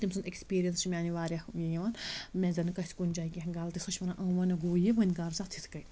تٔمۍ سُنٛد ایٚکٕسپیٖرینٕس چھِ میٛانہِ واریاہ یِوان مےٚ زَنہٕ گژھِ کُنہِ جایہِ کینٛہہ غلطی سۄ چھِ وَنان یہِ وٕنہِ کَر ژٕ یِتھ کٔنۍ